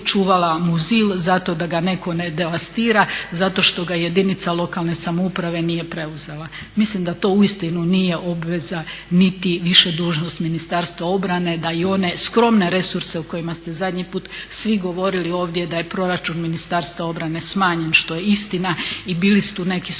čuvala muzil zato da ga netko ne devastira, zato što ga jedinica lokalne samouprave nije preuzela. Mislim da to uistinu nije obveza niti više dužnost Ministarstva obrane da i one skromne resurse o kojima ste zadnji put svi govorili ovdje da je proračun Ministarstva obrane smanjen što je istina i bili su tu neki su i